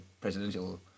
presidential